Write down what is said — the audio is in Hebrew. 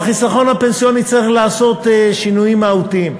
בחיסכון הפנסיוני צריך לעשות שינויים מהותיים.